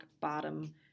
bottom